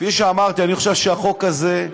כפי שאמרתי, אני חושב שהחוק הזה,